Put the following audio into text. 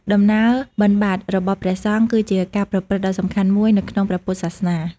ដំណើរបិណ្ឌបាតរបស់ព្រះសង្ឃគឺជាការប្រព្រឹត្តដ៏សំខាន់មួយនៅក្នុងព្រះពុទ្ធសាសនា។